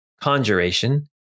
conjuration